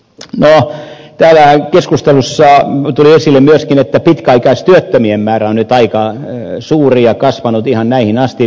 no täällä keskustelussa tuli esille myöskin että pitkäaikaistyöttömien määrä on nyt aika suuri ja kasvanut ihan näihin päiviin asti